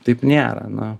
taip nėra nu